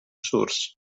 source